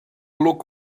look